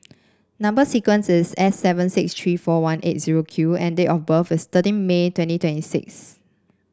number sequence is S seven six three four one eight zero Q and date of birth is thirteen May twenty twenty six